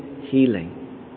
healing